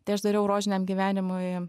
tai aš dariau rožiniam gyvenimui